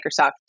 Microsoft